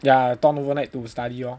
ya zhong overnight to study lor